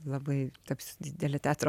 labai tapsiu didele teatro